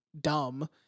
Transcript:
dumb